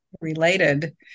related